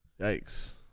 Yikes